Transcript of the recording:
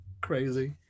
crazy